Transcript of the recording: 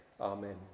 Amen